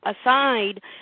aside